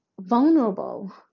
vulnerable